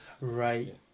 Right